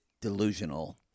delusional